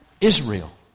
Israel